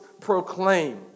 proclaim